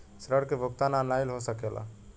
ऋण के भुगतान ऑनलाइन हो सकेला?